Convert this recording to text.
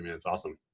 um it's awesome.